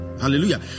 Hallelujah